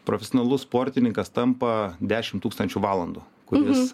profesionalus sportininkas tampa dešimt tūkstančių valandų kuris